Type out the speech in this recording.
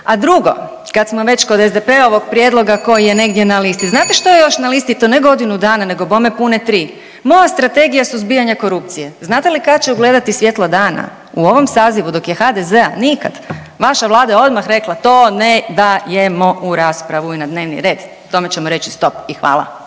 A drugo, kad smo već kod SDP-ovog prijedloga koji je negdje na listi, znate što je još na listi i to ne godinu dana nego bome pune tri. Moja strategija suzbijanja korupcije. Znate li kad će ugledati svjetlo dana? U ovom sazivu, dok je HDZ-a, nikad. Vaša Vlada je odmah rekla, to ne dajemo u raspravu i na dnevni red. Tome ćemo reći stop i hvala.